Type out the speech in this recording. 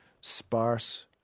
sparse